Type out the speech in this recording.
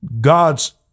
God's